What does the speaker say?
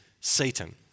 Satan